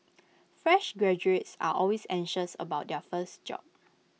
fresh graduates are always anxious about their first job